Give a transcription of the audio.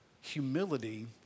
Humility